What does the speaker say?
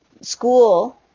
school